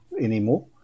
anymore